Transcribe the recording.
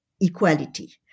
equality